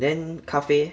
then 咖啡 leh